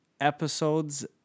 episodes